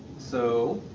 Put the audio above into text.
so.